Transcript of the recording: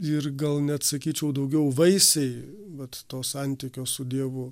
ir gal net sakyčiau daugiau vaisiai vat to santykio su dievu